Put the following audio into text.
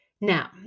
Now